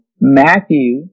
Matthew